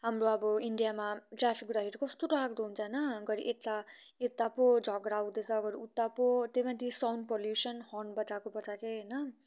हाम्रो अब इन्डियामा ट्राफिक हुँदाखेरि कस्तो डरलाग्दो हुन्छ होइन घरि यता यता पो झगडा हुँदैछ घरि उता पो त्यहीमाथि साउन्ड पल्युसन हर्न बजाएको बजाएकै होइन